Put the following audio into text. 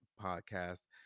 Podcast